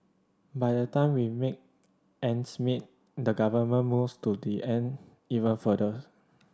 by the time we make ends meet the government moves to the end even further